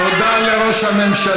מתי הפירות, תודה לראש הממשלה.